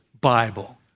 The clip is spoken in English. Bible